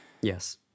Yes